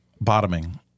Bottoming